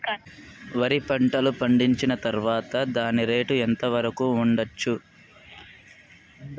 వరి పంటలు పండించిన తర్వాత దాని రేటు ఎంత వరకు ఉండచ్చు